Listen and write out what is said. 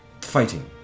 fighting